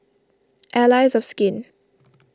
Allies of Skin